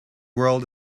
world